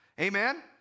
Amen